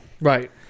Right